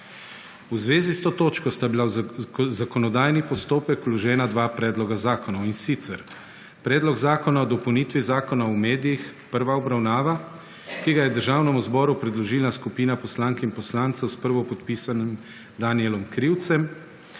V zvezi s to točko sta bila v zakonodajni postopek vložena dva predloga zakonov, in sicer Predlog zakona o dopolnitvi Zakona o medijih, prva obravnava, ki ga je Državnemu zboru predložila skupina poslank in poslancev s prvopodpisanim Danijelom Krivcem,